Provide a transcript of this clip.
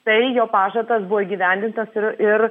tai jo pažadas buvo įgyvendintas ir ir